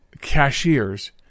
cashiers